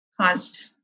caused